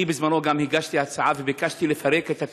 בזמנו גם הגשתי הצעה וביקשתי לפרק את התאגידים.